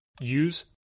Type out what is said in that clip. use